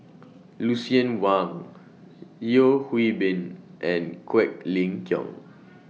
Lucien Wang Yeo Hwee Bin and Quek Ling Kiong